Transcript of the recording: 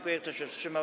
Kto się wstrzymał?